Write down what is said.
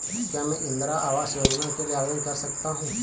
क्या मैं इंदिरा आवास योजना के लिए आवेदन कर सकता हूँ?